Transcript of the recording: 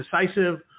decisive